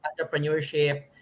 entrepreneurship